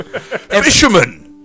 Fisherman